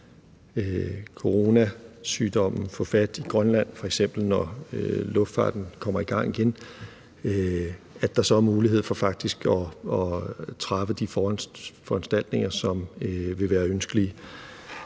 coronasygdommen skulle få fat i f.eks. Grønland, når luftfarten kommer i gang igen – faktisk at træffe de foranstaltninger, som vil være ønskelige.